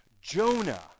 Jonah